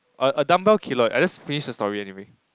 a dumbbell keloid I just finish the story anyway